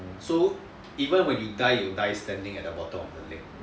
so even when you die you die standing at the bottom of the lake